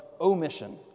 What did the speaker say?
omission